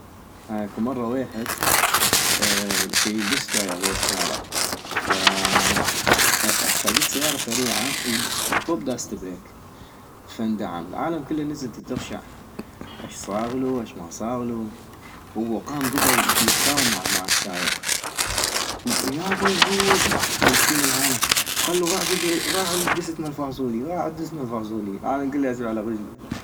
هاي اكو مرة ويحد ، شيل دست وعيعبغ الشارع - فا-اغشع جت سيارة سريعة وطب داست بريك فاندعم - العالم كلا نزلت دتغشع اش صاغلو اش ما صاغلو هو قام كبل ديتكاون مع السايق ، يابا يمعود ، ميسكينو العالم - قلو غاح الجد-الدست مال فاصوليا غاح الدست مال فاصوليا - العالم كلا يحسب على غجلو